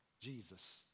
Jesus